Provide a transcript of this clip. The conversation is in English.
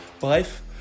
Bref